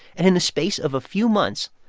and in the space of a few months,